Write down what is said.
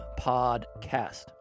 podcast